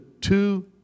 two